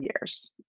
years